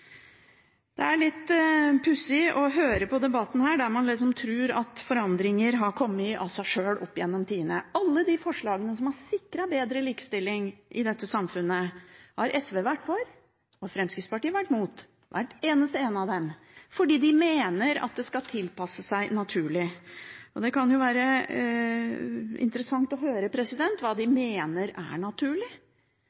Det er litt pussig å høre på debatten her, der man tror at forandringer har kommet av seg sjøl opp gjennom tidene. Alle de forslagene som har sikret bedre likestilling i dette samfunnet, har SV vært for og Fremskrittspartiet vært mot – hvert eneste et av dem – fordi Fremskrittspartiet mener at det skal tilpasse seg naturlig. Det kan være interessant å høre hva de